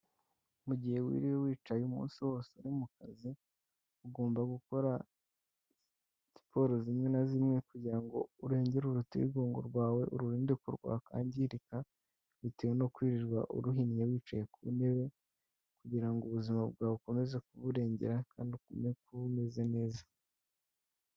Mu gihe wiriwe wicaye umunsi wose uri mu kazi, ugomba gukora siporo zimwe na zimwe kugira ngo urengere urutirigongo rwawe, ururinde ko rwakwangirika bitewe no kwirirwa uruhinnye wicaye ku ntebe kugira ngo ubuzima bwawe ukomeze kuburengera kandi ukomeze kuba umeze neza.